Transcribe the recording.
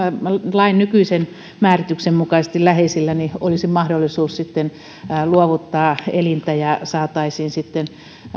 lain nykyisen määrityksen mukaisesti läheisellä mahdollisuus luovuttaa elintä ja saataisiin siten